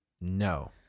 no